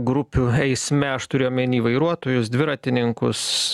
grupių eisme aš turiu omeny vairuotojus dviratininkus